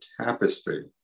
tapestry